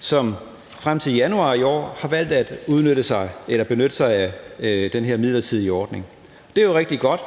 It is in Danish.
som frem til januar i år har valgt at benytte sig af den her midlertidige ordning, og det er jo rigtig godt.